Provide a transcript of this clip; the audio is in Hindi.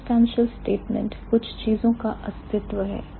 Existential statement कुछ चीजों का अस्तित्व है